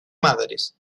madres